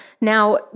Now